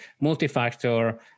multi-factor